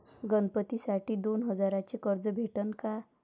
गणपतीसाठी दोन हजाराचे कर्ज भेटन का?